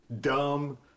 dumb